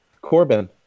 corbin